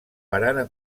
barana